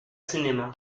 cinéma